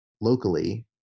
locally